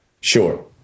Sure